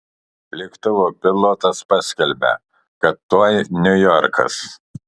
lėktuvo pilotas paskelbia kad tuoj niujorkas